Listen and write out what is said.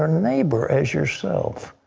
neighbor as yourself.